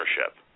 ownership